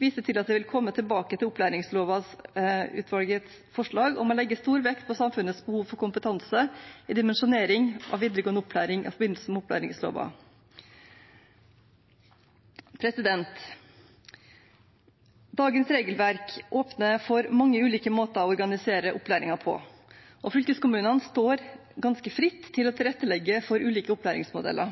viser til at de vil komme tilbake til opplæringslovutvalgets forslag om å legge stor vekt på samfunnets behov for kompetanse i dimensjonering av videregående opplæring, i forbindelse med opplæringsloven. Dagens regelverk åpner for mange ulike måter å organisere opplæringen på. Fylkeskommunene står ganske fritt til å tilrettelegge for ulike opplæringsmodeller.